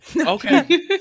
Okay